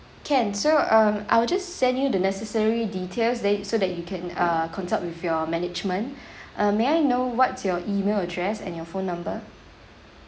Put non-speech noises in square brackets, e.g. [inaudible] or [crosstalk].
can so um I will just send you the necessary details then you so that you can err consult with your management [breath] uh may I know what's your email address and your phone number